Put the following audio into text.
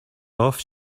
off